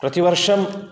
प्रतिवर्षं